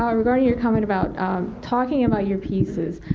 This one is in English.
um regarding your comment about talking about your pieces,